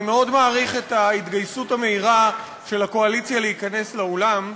אני מאוד מעריך את ההתגייסות המהירה של הקואליציה להיכנס לאולם,